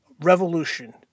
revolution